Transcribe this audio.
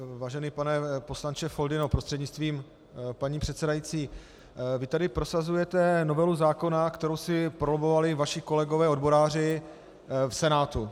Vážený pane poslanče Foldyno prostřednictvím paní předsedající, vy tu prosazujete novelu zákona, kterou si probojovali vaši kolegové odboráři v Senátu.